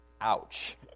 Ouch